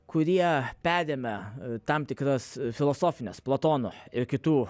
kurie perėmę tam tikras filosofines platono ir kitų